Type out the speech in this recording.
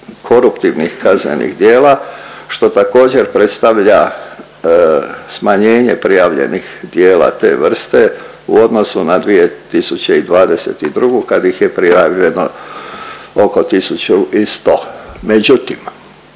koruptivnih kaznenih djela što također predstavlja smanjenje prijavljenih djela te vrste u odnosu na 2022. kad ih je prijavljeno oko 1.100. Međutim